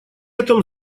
этом